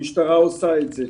המשטרה עושה את זה.